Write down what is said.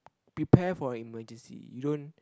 prepare for emergency you don't